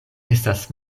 estas